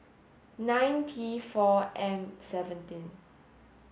nine T four M seventeen